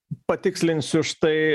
patikslinsiu štai